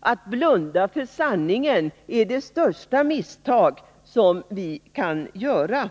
Att blunda för sanningen är det största misstag som vi kan göra.